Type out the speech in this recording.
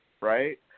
right